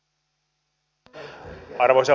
arvoisa puhemies